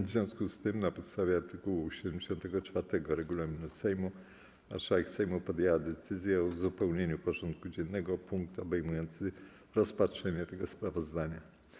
W związku z tym, na podstawie art. 74 regulaminu Sejmu, marszałek Sejmu podjęła decyzję o uzupełnieniu porządku dziennego o punkt obejmujący rozpatrzenie tego sprawozdania.